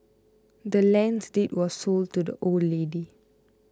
the land's deed was sold to the old lady